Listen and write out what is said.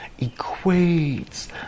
equates